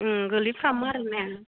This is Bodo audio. गोग्लैफ्रामो आरोना